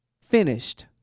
finished